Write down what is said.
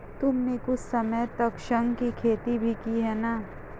तुमने कुछ समय तक शंख की खेती भी की है ना?